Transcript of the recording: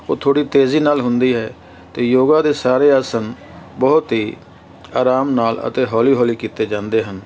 ਉਹ ਥੋੜ੍ਹੀ ਤੇਜ਼ੀ ਨਾਲ ਹੁੰਦੀ ਹੈ ਅਤੇ ਯੋਗਾ ਦੇ ਸਾਰੇ ਆਸਨ ਬਹੁਤ ਹੀ ਆਰਾਮ ਨਾਲ ਅਤੇ ਹੌਲੀ ਹੌਲੀ ਕੀਤੇ ਜਾਂਦੇ ਹਨ